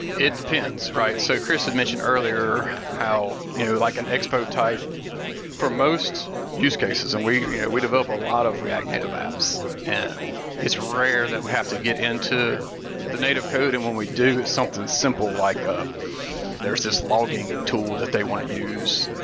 it depends, right? so chris had mentioned earlier how you know like an expo type for most use cases and we you know we develop a lot of react native apps. and it's rare that we have to get into the native code. and when we do, it's something simple like um there's this logging tool that they want to use,